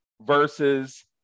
versus